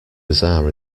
bizarre